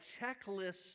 checklist